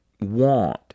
want